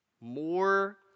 More